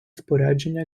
спорядження